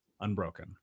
unbroken